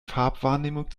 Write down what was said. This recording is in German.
farbwahrnehmung